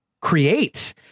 create